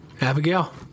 Abigail